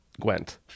Gwent